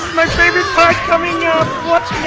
my favorite part coming up, watch